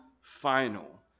final